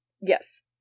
yes